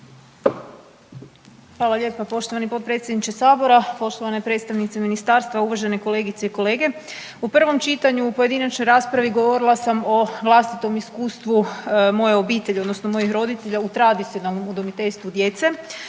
Hvala lijepa poštovani potpredsjedniče sabora, poštovane predstavnice ministarstva, uvažene kolegice i kolege. U prvom čitanju u pojedinačnoj raspravi govorila sam o vlastitom iskustvu moje obitelji odnosno mojih roditelja u tradicionalnom udomiteljstvu djece,